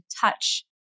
touch